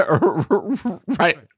right